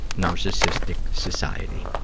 narcissistic society.